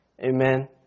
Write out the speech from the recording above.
Amen